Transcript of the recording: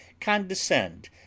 condescend